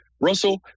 Russell